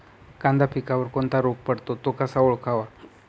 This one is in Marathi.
कांदा पिकावर कोणता रोग पडतो? तो कसा ओळखावा?